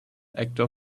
actor